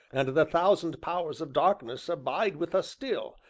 and the thousand powers of darkness abide with us still,